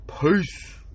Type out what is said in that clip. Peace